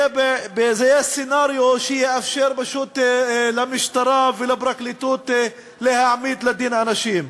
זה יהיה סצנריו שיאפשר למשטרה ולפרקליטות להעמיד לדין אנשים.